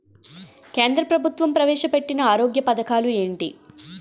కేంద్ర ప్రభుత్వం ప్రవేశ పెట్టిన ఆరోగ్య పథకాలు ఎంటి?